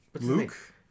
Luke